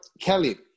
kelly